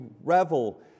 revel